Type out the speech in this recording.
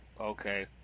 Okay